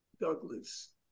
Douglas